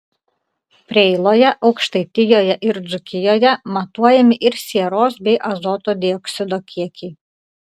preiloje aukštaitijoje ir dzūkijoje matuojami ir sieros bei azoto dioksido kiekiai